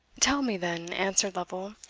tell me, then, answered lovel,